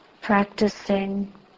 practicing